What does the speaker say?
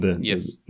Yes